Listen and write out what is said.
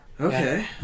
Okay